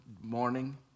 morning